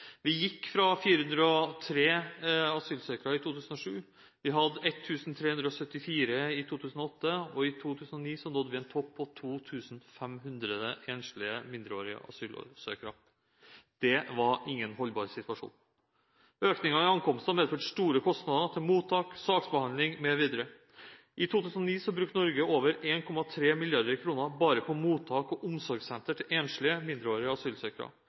Vi gikk fra 403 asylsøkere i 2007. Vi hadde 1 374 i 2008, og i 2009 nådde vi en topp på 2 500 enslige mindreårige asylsøkere. Det var ingen holdbar situasjon. Økningen i ankomster medførte store kostnader til mottak, saksbehandling, m.v. I 2009 brukte Norge over 1,3 mrd. kr bare på mottak og omsorgssentre til enslige mindreårige asylsøkere.